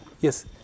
yes